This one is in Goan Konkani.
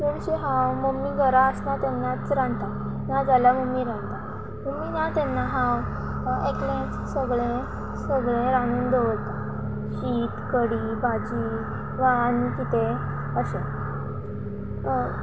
चडशें हांव मम्मी घरा आसना तेन्नाच रांदता नाजाल्या मम्मी रांदता मम्मी ना तेन्ना हांव एकले सगळें सगळें रांदून दवरता शीत कडी भाजी वा आनी कितें अशें